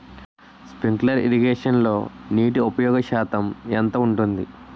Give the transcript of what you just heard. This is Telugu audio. స్ప్రింక్లర్ ఇరగేషన్లో నీటి ఉపయోగ శాతం ఎంత ఉంటుంది?